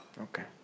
Okay